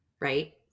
Right